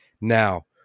Now